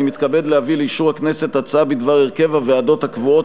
אני מתכבד להביא לאישור הכנסת הצעה בדבר הרכב הוועדות הקבועות